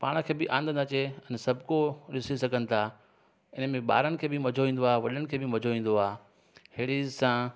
पाण खे बि आनंद अचे अने सभु को ॾिसी सघनि था इनमें ॿारनि खे बि मज़ो ईंदो आहे वॾनि खे बि मज़ो ईंदो आहे हेड़ी असां